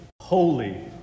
holy